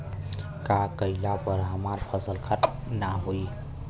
का कइला पर हमार फसल खराब ना होयी?